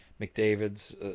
McDavid's